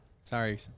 Sorry